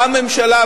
הממשלה,